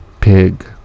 pig